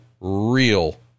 real